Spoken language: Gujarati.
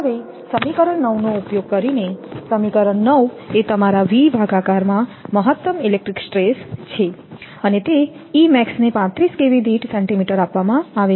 હવે સમીકરણ 9 નો ઉપયોગ કરીને સમીકરણ 9 એ તમારા V ભાગાકારમાં મહત્તમ ઇલેક્ટ્રિક સ્ટ્રેસ છે અને તેને 35 kV દીઠ સેન્ટિમીટર આપવામાં આવેલ છે